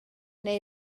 neu